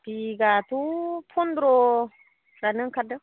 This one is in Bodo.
बिगाथ' फन्द्र'सोआनो ओंखारदों